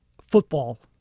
football